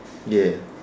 ya